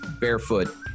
Barefoot